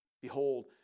Behold